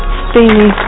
steamy